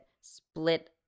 split